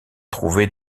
trouvée